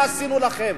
מה עשינו לכם.